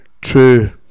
true